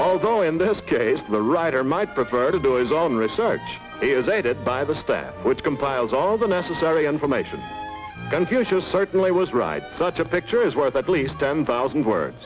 although in this case the writer might prefer to do is own research is aided by the staff which compiles all the necessary information and future certainly was right such a picture is worth at least ten thousand words